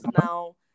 now